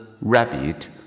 rabbit